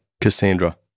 Cassandra